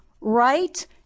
right